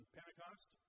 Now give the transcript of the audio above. Pentecost